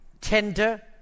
tender